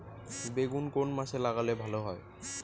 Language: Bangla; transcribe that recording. বেগুন কোন মাসে লাগালে ভালো হয়?